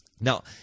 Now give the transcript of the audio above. Now